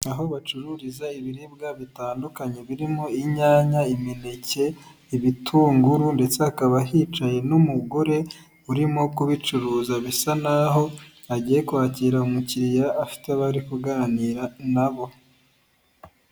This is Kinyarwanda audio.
Aho bacururiza ibiribwa bitandukanye birimo inyanya, imineke, ibitunguru ndetse hakaba hicaye n'umugore urimo kubicuruza bisa naho agiye kwakira umukiriya afite abo ari kuganira nabo.